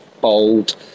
bold